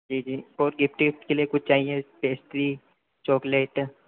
जी जी और गिफ्ट उफ्ट के लिए कुछ चाहिए पेस्ट्री चोकलेट